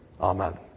Amen